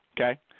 okay